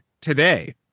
today